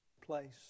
place